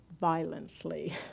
violently